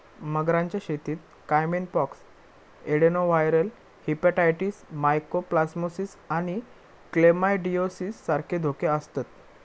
मगरांच्या शेतीत caiman pox, adenoviral hepatitis, mycoplasmosis आणि क्लेमायडिओसिस सारखे धोके आसतत